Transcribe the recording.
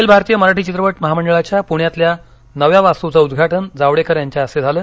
अखिल भारतीय मराठी चित्रपट महामंडळाच्या पुण्यातल्या नव्या वास्तूचं उदघाटन जावडेकर यांच्या हस्ते झालं